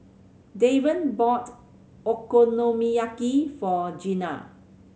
Devan bought Okonomiyaki for Gena